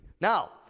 Now